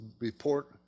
report